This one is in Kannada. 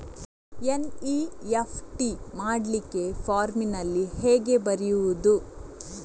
ಎನ್.ಇ.ಎಫ್.ಟಿ ಮಾಡ್ಲಿಕ್ಕೆ ಫಾರ್ಮಿನಲ್ಲಿ ಹೇಗೆ ಬರೆಯುವುದು?